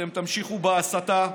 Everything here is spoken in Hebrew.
אתם תמשיכו בהסתה,